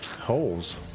Holes